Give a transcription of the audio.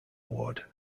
award